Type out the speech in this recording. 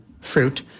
fruit